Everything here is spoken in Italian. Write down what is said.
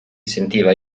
sentiva